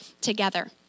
together